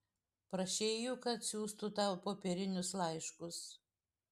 prašei jų kad siųstų tau popierinius laiškus